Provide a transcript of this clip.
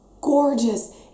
gorgeous